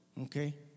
Okay